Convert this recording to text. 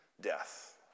death